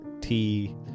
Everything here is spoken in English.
tea